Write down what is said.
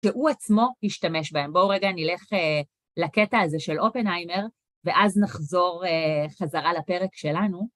והוא עצמו השתמש בהם. בואו רגע נלך לקטע הזה של אופנהיימר, ואז נחזור חזרה לפרק שלנו.